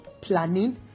planning